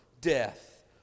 death